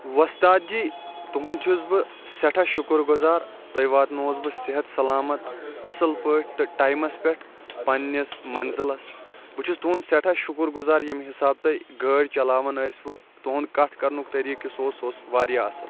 وۄستاد جی تُہُنٛد چھُس بہٕ سٮ۪ٹھاہ شُکُر گُزار تۄہہِ واتنوہس بہٕ صحت سلامَت اَصٕل پٲٹھۍ تہٕ ٹایِمَس پٮ۪ٹھ پَننِس مَنزلَس بہٕ چھُس تُہُنٛد سٮ۪ٹھاہ شُکُر گُزار ییٚمہِ حِساب تۄہہِ گٲڑۍ چَلاوان ٲسوٕ تُہُنٛد کَتھ کَرنُک طٔریٖقہٕ یُس اوس سُہ اوس واریاہ اَصٕل